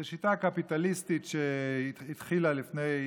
זאת שיטה קפיטליסטית שהתחילה לפני